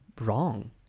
wrong